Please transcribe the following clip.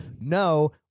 No